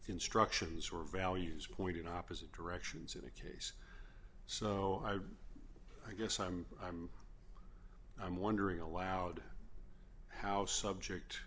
instructions are values point in opposite directions in a case so i guess i'm i'm i'm wondering aloud how subject